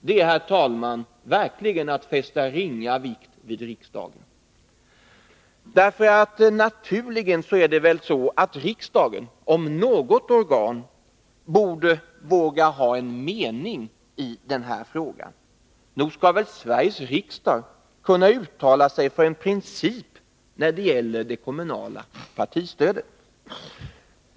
Detta är verkligen att fästa ringa vikt vid riksdagen. Det är väl naturligt att riksdagen, om något organ, borde våga ha en mening i den här frågan. Nog skall väl Sveriges riksdag kunna uttala sig för en princip när det gäller det kommunala partistödet.